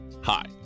Hi